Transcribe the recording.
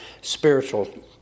spiritual